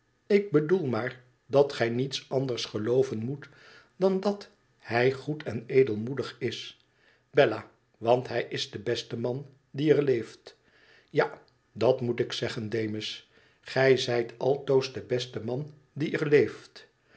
ik bedoel maar dat gij niets anders gelooven moet dan dat hij goed en edelmoedig is bella want hij is de beste man die er leeft ja dat moet ik zeggen demus gij zijt altoos de beste man die er